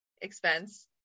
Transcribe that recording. expense